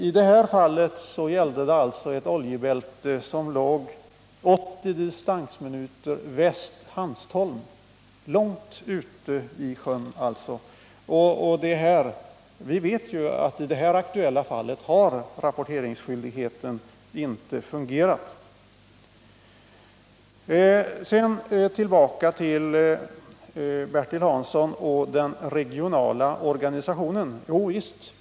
I det nu aktuella fallet gällde det ett oljebälte som låg 80 distansminuter väst Hanstholm, alltså långt ute i sjön. Vi vet ju att i det här fallet har rapporteringsskyldigheten inte fungerat. Sedan tillbaka till Bertil Hanssons inlägg och den regionala organisationen.